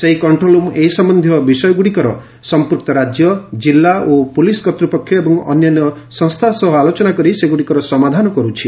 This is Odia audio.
ସେହି କଣ୍ଟ୍ରୋଲ୍ ରୁମ୍ ଏ ସମ୍ବନ୍ଧୀୟ ବିଷୟଗୁଡ଼ିକର ସମ୍ପୁକ୍ତ ରାଜ୍ୟ କିଲ୍ଲା ଓ ପୋଲିସ କର୍ତ୍ତ୍ୱପକ୍ଷ ଏବଂ ଅନ୍ୟାନ୍ୟ ସଂସ୍ଥା ସହ ଆଲୋଚନା କରି ସେଗୁଡ଼ିକର ସମାଧାନ କରୁଛି